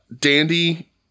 dandy